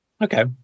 Okay